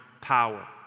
power